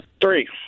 Three